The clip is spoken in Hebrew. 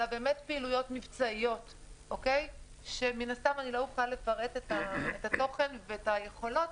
אלא באמת פעילויות מבצעיות שמן הסתם לא אוכל לפרט את התוכן ואת היכולות,